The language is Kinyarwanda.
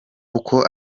uko